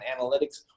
analytics